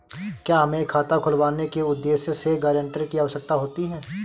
क्या हमें खाता खुलवाने के उद्देश्य से गैरेंटर की आवश्यकता होती है?